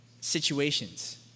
situations